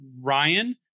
Ryan